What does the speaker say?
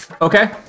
Okay